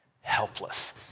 helpless